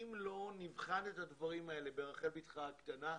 אם לא נבחן את הדברים האלה "ברחל בתך הקטנה",